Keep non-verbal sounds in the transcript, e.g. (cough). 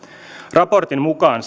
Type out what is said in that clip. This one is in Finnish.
raportin mukaan (unintelligible)